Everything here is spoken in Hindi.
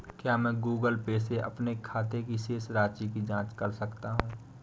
क्या मैं गूगल पे से अपने खाते की शेष राशि की जाँच कर सकता हूँ?